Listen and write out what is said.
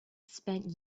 spent